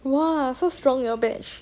!wah! so strong your batch